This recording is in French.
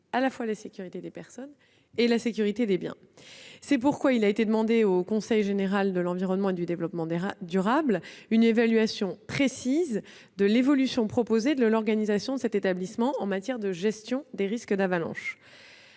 affecter la sécurité des personnes et des biens. C'est pourquoi il a été demandé au Conseil général de l'environnement et du développement durable une évaluation précise de l'évolution proposée de l'organisation de cet établissement en matière de gestion des risques d'avalanche.